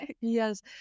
yes